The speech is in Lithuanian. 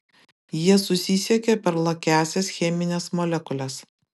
jie susisiekia per lakiąsias chemines molekules